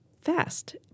fast